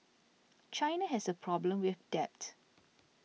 China has a problem with debt